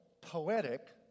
poetic